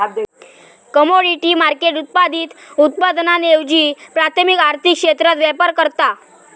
commodity market उत्पादित उत्पादनांऐवजी प्राथमिक आर्थिक क्षेत्रात व्यापार करता